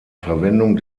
verwendung